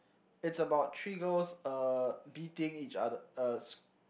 it's about three girls uh beating each other uh